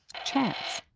chance.